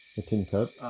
a tin cup?